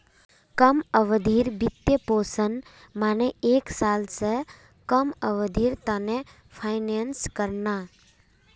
कम अवधिर वित्तपोषण माने एक साल स कम अवधिर त न फाइनेंस करना